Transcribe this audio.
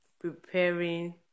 preparing